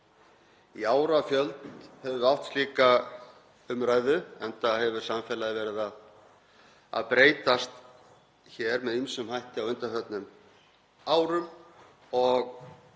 Í árafjöld höfum við átt slíka umræðu, enda hefur samfélagið verið að breytast með ýmsum hætti á undanförnum árum og